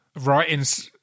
writing